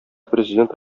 президент